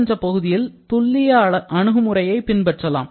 என்ற பகுதியில் துல்லிய அணுகுமுறையை பின்பற்றலாம்